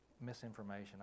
misinformation